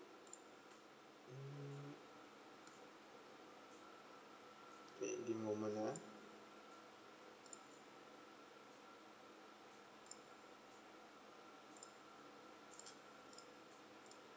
mm wait the moment ah